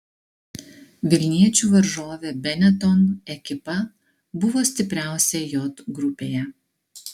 vilniečių varžovė benetton ekipa buvo stipriausia j grupėje